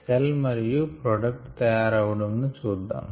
cell మరియు product తయారవడం ను చూద్దాం